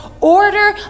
order